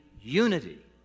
unity